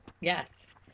Yes